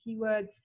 keywords